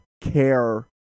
care